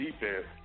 defense